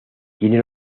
tiene